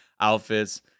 outfits